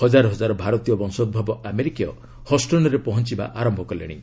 ହଜାର ହଜାର ଭାରତୀୟ ବଂଶୋଭବ ଆମେରିକୀୟ ହଷ୍ଟନ୍ରେ ପହଞ୍ଚିବା ଆରମ୍ଭ କଲେଣି